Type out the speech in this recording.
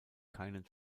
keinen